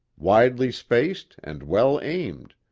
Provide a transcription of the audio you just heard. widely spaced and well aimed,